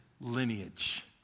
lineage